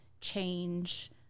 change